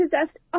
possessed